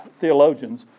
theologians